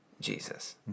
Jesus